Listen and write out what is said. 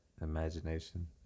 imagination